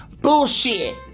bullshit